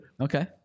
Okay